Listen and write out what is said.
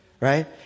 Right